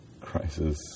crisis